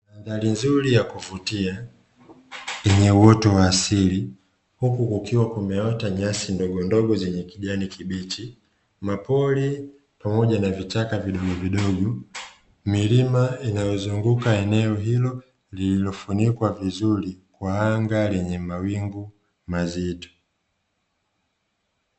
Mandhari nzuri ya kuvutia yenye uoto wa asili huku kukiwa kumeota nyasi ndogondogo zenye kijani kibichi, mapori pamoja na vichaka vidogovidogo, milima inayozunguka eneo hilo lililofunikwa vizuri kwa anga lenye mawingu mazito.